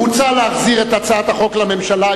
הוצע להחזיר את הצעת החוק לממשלה.